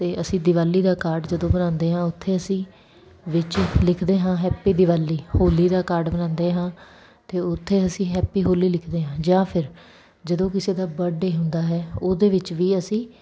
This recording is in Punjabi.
ਅਤੇ ਅਸੀਂ ਦਿਵਾਲੀ ਦਾ ਕਾਰਡ ਜਦੋਂ ਬਣਾਉਂਦੇ ਹਾਂ ਉੱਥੇ ਅਸੀਂ ਵਿੱਚ ਲਿਖਦੇ ਹਾਂ ਹੈਪੀ ਦਿਵਾਲੀ ਹੋਲੀ ਦਾ ਕਾਡ ਬਣਾਉਂਦੇ ਹਾਂ ਅਤੇ ਉੱਥੇ ਅਸੀਂ ਹੈਪੀ ਹੋਲੀ ਲਿਖਦੇ ਹਾਂ ਜਾਂ ਫਿਰ ਜਦੋਂ ਕਿਸੇ ਦਾ ਬਰਡੇ ਹੁੰਦਾ ਹੈ ਉਹਦੇ ਵਿੱਚ ਵੀ ਅਸੀਂ